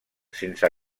sense